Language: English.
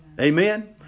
Amen